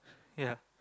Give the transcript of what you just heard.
ya